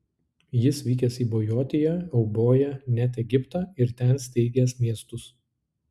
jis vykęs į bojotiją euboją net egiptą ir ten steigęs miestus